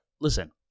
listen